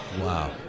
Wow